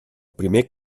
primer